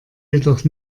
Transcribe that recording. jedoch